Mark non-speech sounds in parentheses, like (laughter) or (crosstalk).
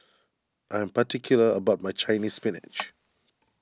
I am particular about my Chinese Spinach (noise)